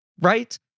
right